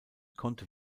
konnte